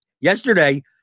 yesterday